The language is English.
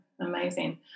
amazing